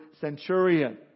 centurion